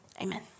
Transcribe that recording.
Amen